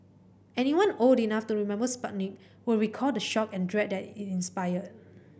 anyone old enough to remember Sputnik will recall the shock and dread that it inspired